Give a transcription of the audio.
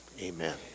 Amen